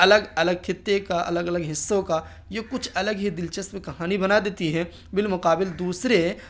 الگ الگ خطے کا الگ الگ حصوں کا یہ کچھ الگ ہی دلچسپ کہانی بنا دیتی ہے بالمقابل دوسرے